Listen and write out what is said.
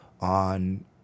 on